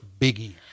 biggie